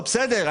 בסדר,